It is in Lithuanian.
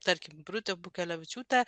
tarkim birutė bukelevičiūtė